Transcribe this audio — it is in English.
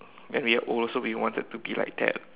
when we are old also we wanted to be like that